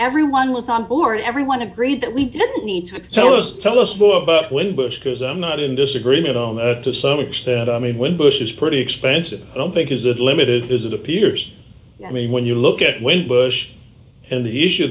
everyone was on board everyone agreed that we didn't need to tell us tell us more but when bush because i'm not in disagreement on that to some extent i mean when bush is pretty expensive i don't think is it limited is it appears i mean when you look at when bush and the issue